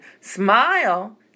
smile